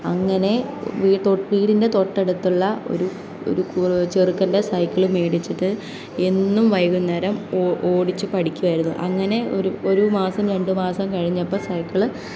അങ്ങനെ വീടിൻ്റെ തൊട്ടടുത്തുള്ള ഒരു ഒരു ചെറുക്കൻ്റെ സൈക്കിള് വേടിച്ചിട്ട് എന്നും വൈകുന്നേരം ഓടിച്ച് പഠിക്കുമായിരുന്നു അങ്ങനെ ഒരു ഒരു മാസം രണ്ട് മാസം കഴിഞ്ഞപ്പം സൈക്കിള്